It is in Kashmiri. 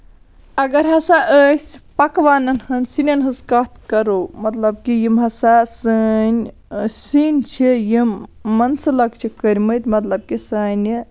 اَگر ہسا أسۍ پَکوانن ہنٛز سِنٮ۪ن ہنٛز کَتھ کَرو مطلب کہِ یِم ہسا سٲنۍ سِنۍ چھِ یِم منسلخ چھِکھ کٔرمٕتۍ مطلب کہِ سانہِ